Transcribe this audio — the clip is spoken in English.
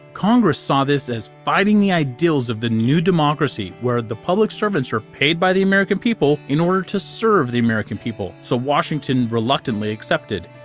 congress saw this as fighting the ideals of the new democracy, where the public servants are paid by the american people in order to serve the american people. so, washington reluctantly accepted.